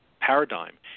paradigm